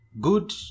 Good